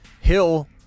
Hill